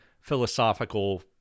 philosophical